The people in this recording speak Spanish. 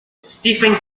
stephen